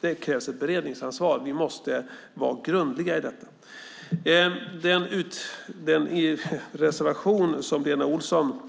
Det finns ett beredningsansvar, och vi måste vara grundliga i det. Den reservation som Lena Olsson